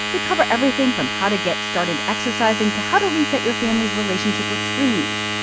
we cover everything from how to get started exercising to how to reset your family's relationship with screens.